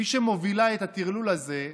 מי שמובילה את הטרלול הזה,